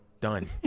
Done